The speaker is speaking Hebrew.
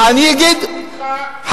אני לא דיברתי אתך מעולם.